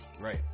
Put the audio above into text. right